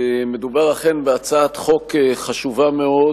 מדובר אכן בהצעת חוק חשובה מאוד